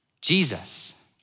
Jesus